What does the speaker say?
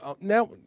Now